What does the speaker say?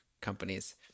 companies